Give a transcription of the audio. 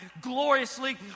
gloriously